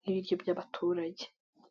nk'ibiryo by'abaturage.